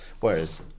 Whereas